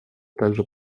также